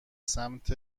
سمت